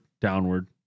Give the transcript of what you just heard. downward